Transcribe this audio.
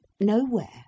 nowhere